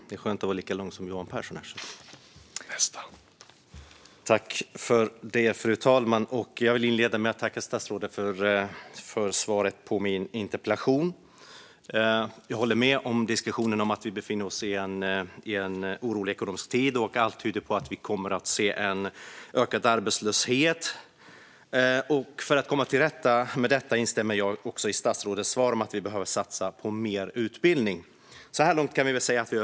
Fru talman! Jag vill inleda med att tacka statsrådet för svaret på min interpellation. Jag håller med om att det är en orolig ekonomisk tid, och allt tyder på att arbetslösheten kommer att öka. Jag instämmer också i statsrådets svar att man behöver satsa på mer utbildning för att komma till rätta med detta.